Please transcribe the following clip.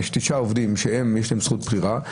יש תשעה עובדים שיש להם זכות בחירה,